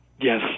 Yes